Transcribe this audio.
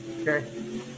Okay